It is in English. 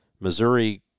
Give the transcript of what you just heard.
Missouri